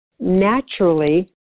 Naturally